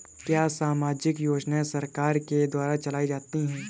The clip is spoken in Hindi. क्या सामाजिक योजनाएँ सरकार के द्वारा चलाई जाती हैं?